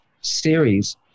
series